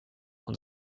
und